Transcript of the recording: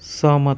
सहमत